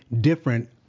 different